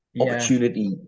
Opportunity